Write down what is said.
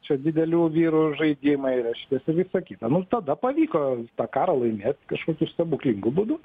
čia didelių vyrų žaidimai reiškiasi visa kita mums tada pavyko tą karą laimėt kažkokiu stebuklingu būdu